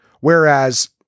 Whereas